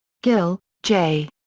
gill, j.